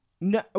No